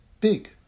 big